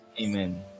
Amen